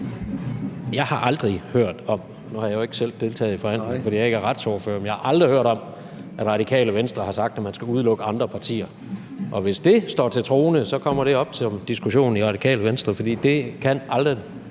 jeg har aldrig hørt om, at Radikale Venstre har sagt, at man skulle udelukke andre partier. Hvis det står til troende, kommer det op som diskussion i Radikale Venstre, for det kan aldrig